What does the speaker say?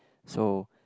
so